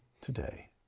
today